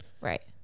Right